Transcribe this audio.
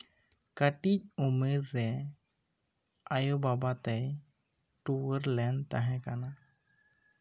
ᱠᱟᱹᱴᱤᱡ ᱩᱢᱮᱹᱨ ᱨᱮ ᱟᱭᱚᱼᱵᱟᱵᱟ ᱛᱮᱭ ᱴᱩᱣᱟᱹᱨ ᱞᱮᱱ ᱛᱟᱦᱮᱸ ᱠᱟᱱᱟ